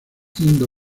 indo